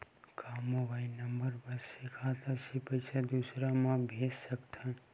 का mobile number बस से खाता से पईसा दूसरा मा भेज सकथन?